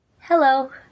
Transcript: hello